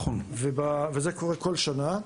זה קורה כל שנה.